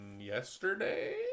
Yesterday